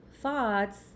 thoughts